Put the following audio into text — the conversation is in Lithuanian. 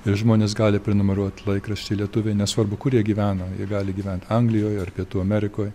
ir žmonės gali prenumeruot laikraštį lietuviai nesvarbu kur jie gyvena jie gali gyvent anglijoj ar pietų amerikoj